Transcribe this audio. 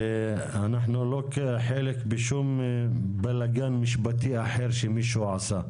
ואנחנו לא ניקח חלק בשום בלגן משפטי אחר שמישהו עשה בהמשך,